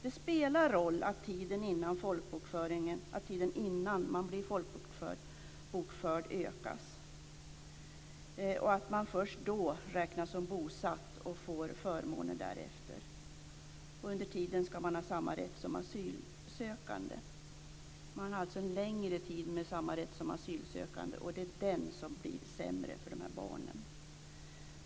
Det spelar en roll att tiden innan man blir folkbokförd förlängs och att man först då räknas som bosatt och får förmåner därefter. Under tiden ska man ha samma rätt som asylsökande. Man har alltså en längre tid med samma rätt som asylsökande, och det är den tiden som blir sämre för dessa barn.